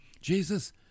Jesus